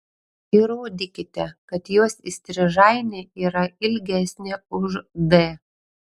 įrodykite kad jos įstrižainė yra ilgesnė už d